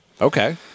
Okay